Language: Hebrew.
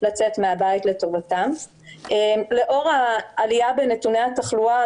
הפגנה מגבלות שלא ניתן ליישם אותן כעת.